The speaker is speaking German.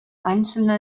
einzelne